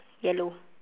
yellow